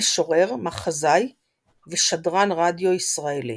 משורר, מחזאי ושדרן רדיו ישראלי.